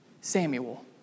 Samuel